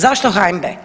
Zašto HNB?